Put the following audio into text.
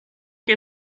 che